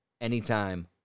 anytime